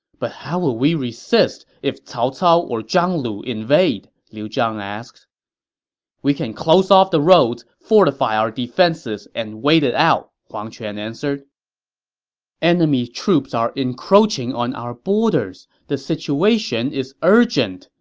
but how will we resist if cao cao or zhang lu invade? liu zhang asked we can close off the roads, fortify our defenses, and wait it out, huang quan said enemy troops are encroaching on our borders. the situation is urgent,